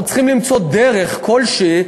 אנחנו צריכים למצוא דרך כלשהי,